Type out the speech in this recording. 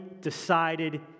decided